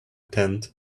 tent